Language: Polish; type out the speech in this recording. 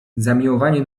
zamiłowanie